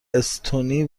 استونی